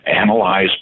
analyze